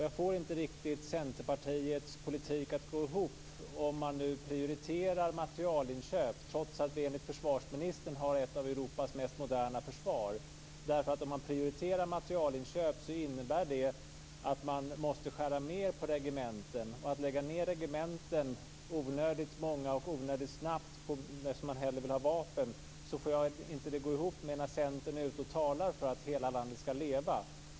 Jag får inte riktigt Centerpartiets politik att gå ihop om man nu prioriterar materielinköp trots att vi enligt försvarsministern har ett av Europas mest moderna försvar. Om man prioriterar materielinköp innebär det att man måste skära ned mer på regementen. Att lägga ned regementen - onödigt många och onödigt snabbt - för att man hellre vill ha vapen får jag inte att gå ihop med att Centern är ute och talar för att hela landet skall leva.